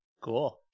cool